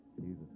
Jesus